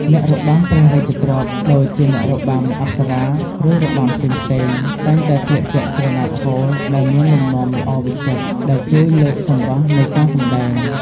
អ្នករបាំព្រះរាជទ្រព្យ ដូចជាអ្នករបាំអប្សរា ឬរបាំផ្សេងៗ តែងតែស្លៀកពាក់ក្រណាត់ហូលដែលមានលំនាំល្អវិចិត្រ ដែលជួយលើកសម្រស់នៃការសម្តែង។